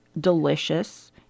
delicious